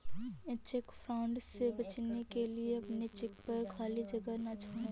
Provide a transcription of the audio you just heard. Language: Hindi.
चेक फ्रॉड से बचने के लिए अपने चेक पर खाली जगह ना छोड़ें